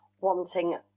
wanting